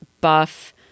buff